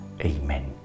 Amen